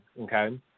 okay